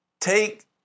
Take